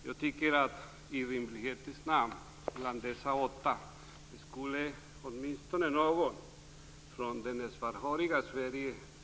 Jag tycker att det bland dessa åtta i rimlighetens namn åtminstone borde finnas någon från det svarthåriga Sverige.